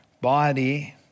body